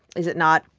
is it not?